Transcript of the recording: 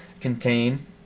contain